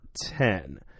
ten